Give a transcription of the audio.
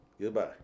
Goodbye